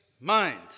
mind